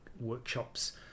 workshops